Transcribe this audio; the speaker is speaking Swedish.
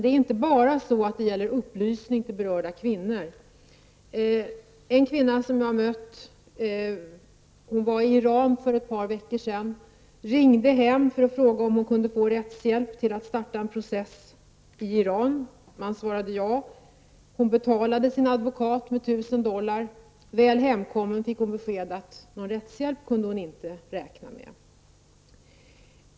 Det är inte bara fråga om att ge upplysning till berörda kvinnor. En kvinna som jag har mött var i Iran för ett par veckor sedan. Hon ringde hem för att fråga om hon kunde få rättshjälp till att starta en process i Iran, och hon fick ett ja till svar. Hon betalade sin advokat med tusen dollar. Väl hemkommen fick hon besked om att hon inte kunde räkna med någon rättshjälp.